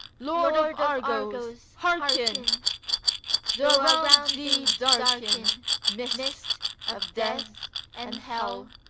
lord of argos, hearken! though around thee darken mist of death and hell,